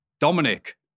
Dominic